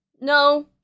no